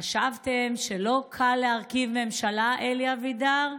חשבתם שלא קל להרכיב ממשלה, אלי אבידר?